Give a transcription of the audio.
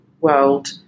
world